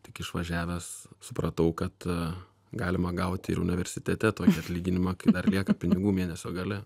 tik išvažiavęs supratau kad galima gauti ir universitete tokį atlyginimą kai dar lieka pinigų mėnesio gale